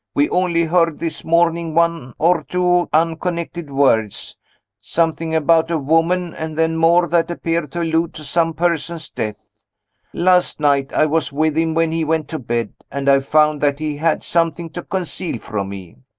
we only heard, this morning, one or two unconnected words something about a woman, and then more that appeared to allude to some person's death last night i was with him when he went to bed, and i found that he had something to conceal from me.